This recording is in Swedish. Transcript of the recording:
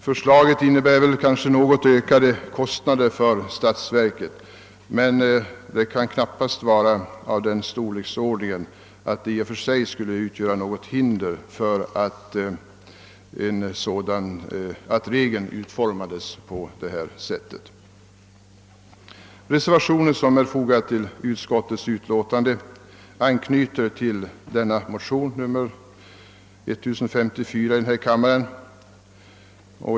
Förslaget innebär kanske något ökade kostnader för statsverket, men dessa kan knappast ha sådan storlek att de i och för sig skulle utgöra något hinder för att regeln utformades på detta sätt. Den reservation som är fogad till utskottets utlåtande anknyter till denna motion, nr 1054 i denna kammare.